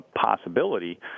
possibility